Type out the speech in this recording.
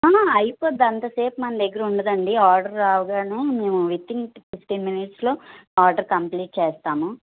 అయిపోద్ధి అంతసేపు మన దగ్గర ఉండదు అండి ఆర్డర్ రాగానే మేము వితిన్ ఫిఫ్టీన్ మినిట్స్లో ఆర్డర్ కంప్లీట్ చేస్తాం